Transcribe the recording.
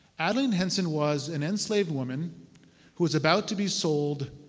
adeline henson was an enslaved woman who was about to be sold